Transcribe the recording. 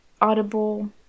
audible